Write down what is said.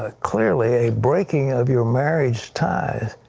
ah clearly a breaking of your marriage ties.